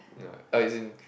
ya as in